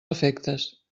efectes